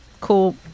cool